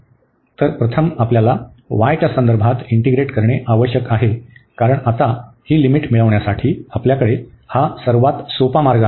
तर प्रथम आपल्याला y च्या संदर्भात इंटीग्रेट करणे आवश्यक आहे कारण आता ही लिमिट मिळविण्यासाठी आपल्याकडे हा सर्वात सोपा मार्ग आहे